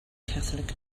catholic